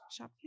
Shopkins